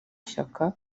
shyaka